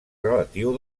relatiu